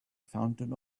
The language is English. fountain